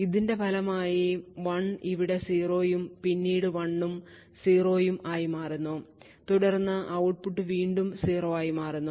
ഇതിന്റെ ഫലമായി 1 ഇവിടെ 0 ഉം പിന്നീട് 1 ഉം 0 ഉം ആയി മാറുന്നു തുടർന്ന് ഔട്ട്പുട്ട് വീണ്ടും 0 ആയി മാറുന്നു